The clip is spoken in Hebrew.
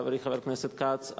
חברי חבר הכנסת כץ,